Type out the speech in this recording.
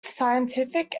scientific